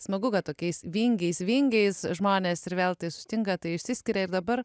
smagu kad tokiais vingiais vingiais žmonės ir vel tai sutinka tai išsiskiria ir dabar